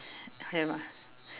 have ah